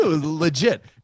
legit